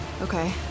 Okay